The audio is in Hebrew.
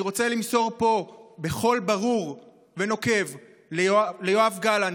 אני רוצה למסור פה בקול ברור ונוקב ליואב גלנט,